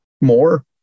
more